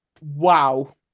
Wow